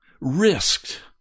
risked